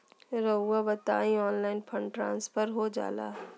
रहुआ बताइए online fund transfer हो जाला?